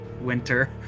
Winter